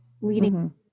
leading